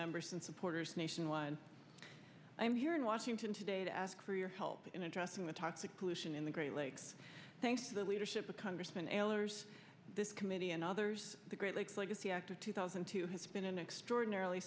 members and supporters nationwide i'm here in washington today to ask for your help in addressing the toxic pollution in the great lakes thanks to the leadership of congressman eleanor's this committee and others the great lakes like the act of two thousand to has been an extraordinarily